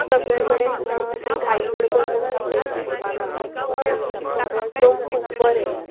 सगळे कडेन हांगा अशी घायगडबड तुमकां खंयच दिसपाना सगळी लोक खूब बरें